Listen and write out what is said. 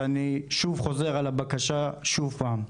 ואני חוזר על הבקשה שוב פעם,